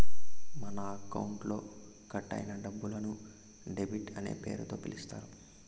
మన అకౌంట్లో కట్ అయిన డబ్బులను డెబిట్ అనే పేరుతో పిలుత్తారు